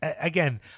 Again